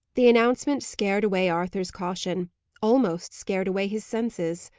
the announcement scared away arthur's caution almost scared away his senses.